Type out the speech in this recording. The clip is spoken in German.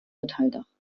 metalldach